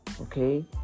Okay